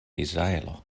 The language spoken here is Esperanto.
izraelo